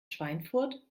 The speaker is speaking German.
schweinfurt